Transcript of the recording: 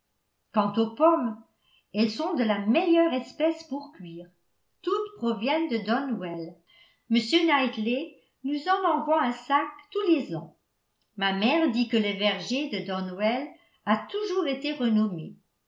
quant aux pommes elles sont de la meilleure espèce pour cuire toutes proviennent de donwell m knightley nous en envoie un sac tous les ans ma mère dit que le verger de donwell a toujours été renommé